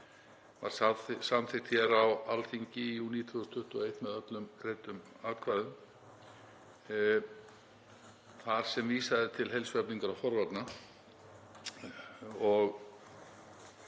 var samþykkt hér á Alþingi í júlí 2021 með öllum greiddum atkvæðum þar sem vísað er til heilsueflingar og forvarna,